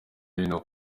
hino